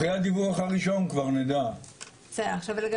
אחרי הדיווח הראשון כבר נדע.